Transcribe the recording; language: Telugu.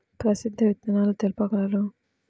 ప్రసిద్ధ విత్తనాలు తెలుపగలరు?